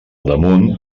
damunt